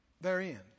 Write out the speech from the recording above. therein